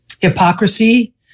hypocrisy